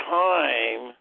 time